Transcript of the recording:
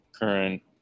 current